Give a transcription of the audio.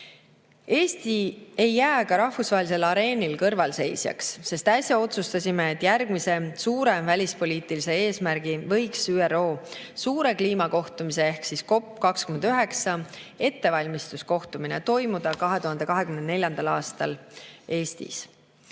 Eesti ei jää ka rahvusvahelisel areenil kõrvalseisjaks, sest äsja otsustasime, et järgmise suure välispoliitilise eesmärgina võiks ÜRO suure kliimakohtumise (COP29) ettevalmistuskohtumine toimuda 2024. aastal Eestis.